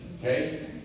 Okay